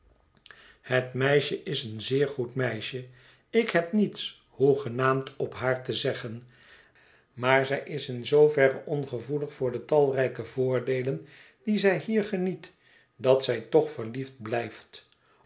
het meisje is een zeer goed meisje ik heb niets hoegenaamd op haar te zeggen maar zij is in zooverre ongevoelig voor de talrijke voordeelen die zij hier geniet dat zij toch verliefd blijft